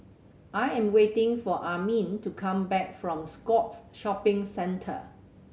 I am waiting for Armin to come back from Scotts Shopping Centre